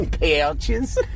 Pouches